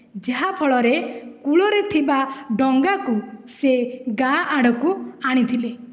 ଯାହା ଫଳରେ କୂଳରେ ଥିବା ଡଙ୍ଗାକୁ ସେ ଗାଁ ଆଡ଼କୁ ଆଣିଥିଲେ